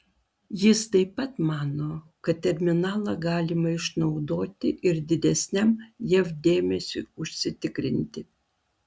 jis taip pat mano kad terminalą galima išnaudoti ir didesniam jav dėmesiui užsitikrinti